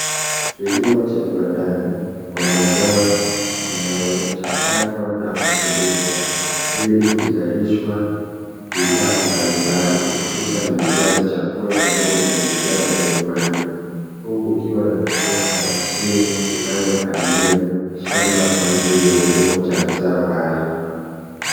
Kilimo cha viwandani kwa mazao yanayochakatwa na kusindikwa, ili kuzalishwa bidhaa mbalimbali hususani bidhaa za chakula pamoja na bidhaa za vinywaji. Huku kukiwa na trekta mashine inayopalilia shamba kwa ajili ya kilimo cha mazao hayo.